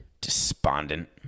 Despondent